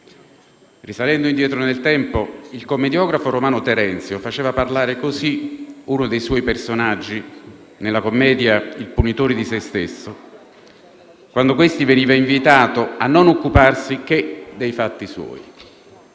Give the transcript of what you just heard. Risalendo indietro nel tempo, il commediografo romano Terenzio faceva parlare così uno dei suoi personaggi nella commedia «Il punitore di se stesso», quando questi veniva invitato a non occuparsi che dei fatti suoi: